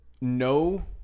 No